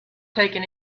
taking